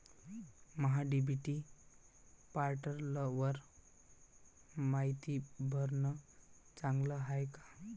महा DBT पोर्टलवर मायती भरनं चांगलं हाये का?